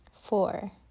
Four